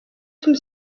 some